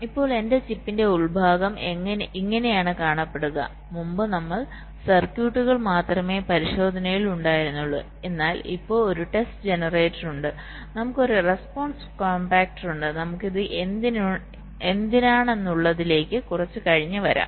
ഇപ്പോൾ എന്റെ ചിപ്പിന്റെ ഉൾഭാഗം ഇങ്ങനെയാണ് കാണപ്പെടുക മുമ്പ് നമ്മുടെ സർക്യൂട്ടുകൾ മാത്രമേ പരിശോധനയിൽ ഉണ്ടായിരുന്നുള്ളൂ എന്നാൽ ഇപ്പോൾ ഒരു ടെസ്റ്റ് ജനറേറ്റർ ഉണ്ട് നമുക് ഒരു റെസ്പോൺസ് കോംപാക്റ്റർ ഉണ്ട്നമുക് ഇത് എന്തിനാണെന്നുള്ളതിലേക് കുറച്ച് കഴിഞ്ഞ് വരാം